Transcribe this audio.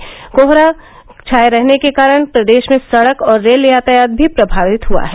घना कोहरा छाये रहने के कारण प्रदेश में सड़क और रेल यातायात भी प्रभावित हुआ है